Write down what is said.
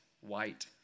white